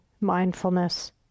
mindfulness